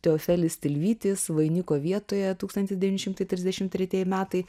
teofelis tilvytis vainiko vietoje tūkstantis devyni šimtai trisdešim tretieji metai